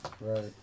Right